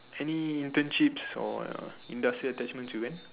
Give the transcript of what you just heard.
any internships or industrial attachments you went